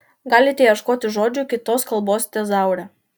galite ieškoti žodžių kitos kalbos tezaure